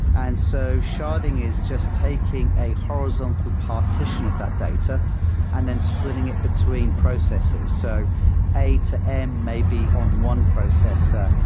and so sharding is just taking a horizontal partition of that data and then splitting it between processes. so a to m may be on one processor,